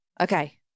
Okay